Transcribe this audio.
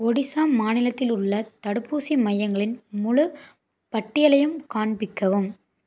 ஒடிசா மாநிலத்தில் உள்ள தடுப்பூசி மையங்களின் முழு பட்டியலையும் காண்பிக்கவும்